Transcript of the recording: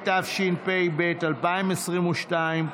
התשפ"ב 2022,